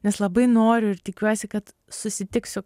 nes labai noriu ir tikiuosi kad susitiksiu